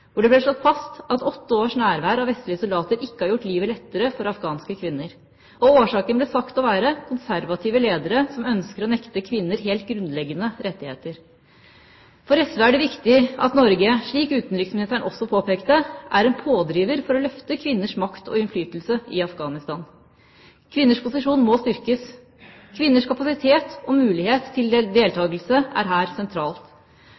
åtte års nærvær av vestlige soldater ikke har gjort livet lettere for afghanske kvinner. Årsaken ble sagt å være konservative ledere som ønsker å nekte kvinner helt grunnleggende rettigheter. For SV er det viktig at Norge, slik utenriksministeren også påpekte, er en pådriver for å løfte kvinners makt og innflytelse i Afghanistan. Kvinners posisjon må styrkes. Kvinners kapasitet og mulighet til deltakelse er her sentralt.